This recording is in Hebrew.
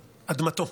"אדמתו"